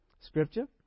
scripture